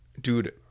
Dude